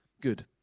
Good